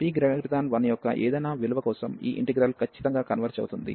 p1 యొక్క ఏదైనా విలువ కోసం ఈ ఇంటిగ్రల్ ఖచ్చితంగా కన్వర్జ్ అవుతుంది